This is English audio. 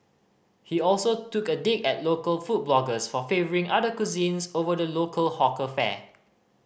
he also took a dig at local food bloggers for favouring other cuisines over the local hawker fare